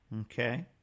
Okay